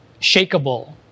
shakable